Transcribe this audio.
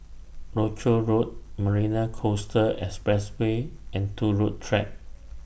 Rochor Road Marina Coastal Expressway and Turut Track